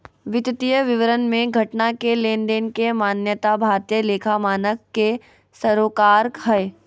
वित्तीय विवरण मे घटना के लेनदेन के मान्यता भारतीय लेखा मानक के सरोकार हय